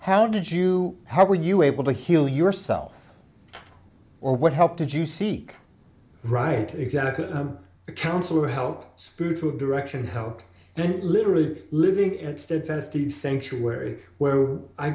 how did you how were you able to heal yourself or what help did you seek right exactly a counsellor help spiritual direction help and literally living instance as the sanctuary where i